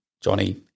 Johnny